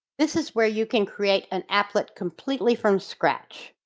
this is where you can create an applet completely from scratch.